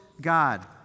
God